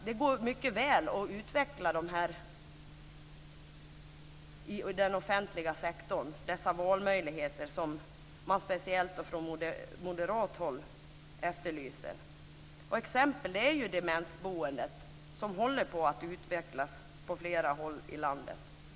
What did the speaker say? Det går mycket väl, anser vi, att inom den offentliga sektorn utveckla de valmöjligheter som man speciellt från moderat håll efterlyser. Ett exempel är demensboendet som på flera håll i landet håller på att utvecklas.